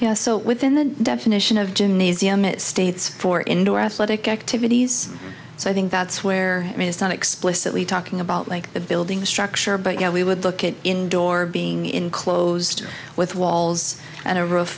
know so within the definition of gymnasium it states for indoor athletic activities so i think that's where it is not explicitly talking about like the building structure but you know we would look at indoor being enclosed with walls and a ro